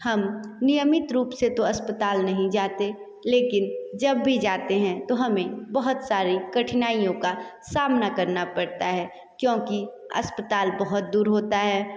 हम नियमित रूप से तो अस्पताल नहीं जाते लेकिन जब भी जाते हैं तो हमें बहुत सारी कठनाइयों का सामना करना पड़ता है क्योंकि अस्पताल बहुत दूर होता है